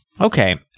Okay